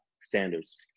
standards